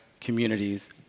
communities